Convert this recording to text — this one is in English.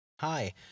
Hi